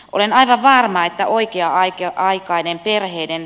olen aivan varma että oikea aikaisella perheiden